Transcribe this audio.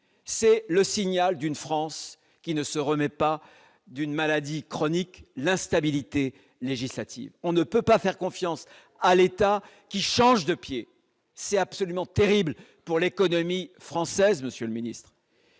c'est le signal d'une France qui ne se remet pas d'une maladie chronique, l'instabilité législative, on ne peut pas faire confiance à l'État, qui change de pied c'est absolument terrible pour l'économie française, Monsieur le Ministre.